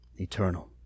eternal